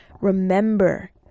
Remember